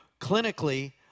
clinically